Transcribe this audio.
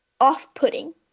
off-putting